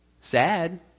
Sad